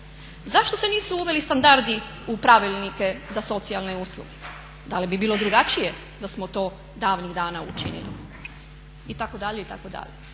Zašto se nisu uveli standardi u pravilnike za socijalne usluge? Da li bi bilo drugačije da smo to davnih dana učinili itd. itd.